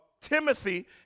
Timothy